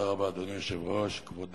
אדוני היושב-ראש, תודה רבה, כבוד